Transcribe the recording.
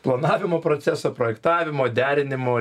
planavimo proceso projektavimo derinimo